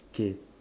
K